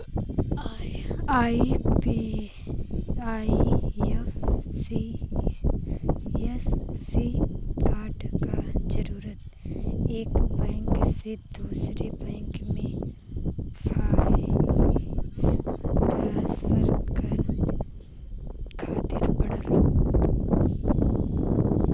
IFSC code क जरूरत एक बैंक से दूसरे बैंक में पइसा ट्रांसफर करे खातिर पड़ला